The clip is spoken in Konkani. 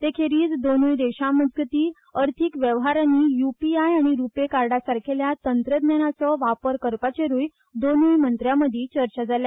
ते खेरीज दोनुय देशामजगती अर्थिक वेवहारानी यूपीआय आनी रुपे कार्डासारखेल्या तंत्रज्ञानाचो वापर करपाचेरुय दोनुय मंत्र्यामदी चर्चा जाल्या